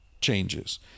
changes